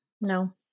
no